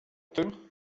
tym